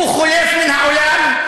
חולף מן העולם,